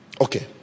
Okay